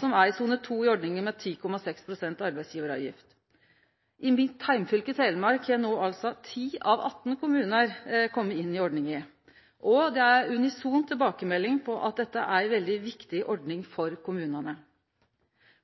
som er i sone 2 i ordninga, med 10,6 pst. arbeidsgjevaravgift. I Telemark har no altså 10 av 18 kommunar kome inn i ordninga. Det er unison tilbakemelding om at dette er ei veldig viktig ordning for kommunane.